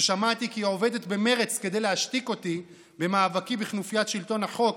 ששמעתי כי היא עובדת במרץ כדי להשתיק אותי במאבקי בכנופיית שלטון החוק